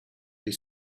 they